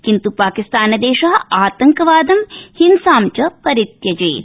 किंत् पाकिस्तान देश आतंकवादं हिंसा च परित्यजेत्